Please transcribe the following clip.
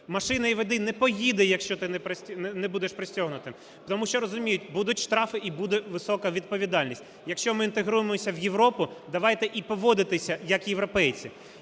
машина і водій не поїде, якщо ти не будеш пристебнутим. Тому що розуміють, будуть штрафи і буде висока відповідальність. Якщо ми інтегруємося в Європу – давайте і поводитися як європейці.